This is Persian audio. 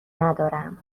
ندارم